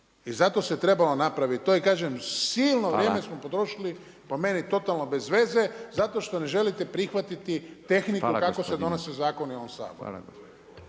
I zato se trebalo napraviti to i kažem silno vrijeme smo potrošili, po meni totalno bezveze zato što ne želite prihvatiti tehniku kako se donose zakoni u ovom